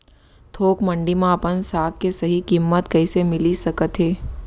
थोक मंडी में अपन साग के सही किम्मत कइसे मिलिस सकत हे?